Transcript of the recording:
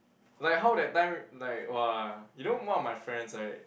like how that time like !wah! you know one of my friends right